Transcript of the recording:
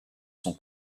son